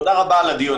תודה רבה על הדיון.